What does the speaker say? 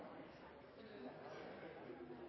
pasientene. Det er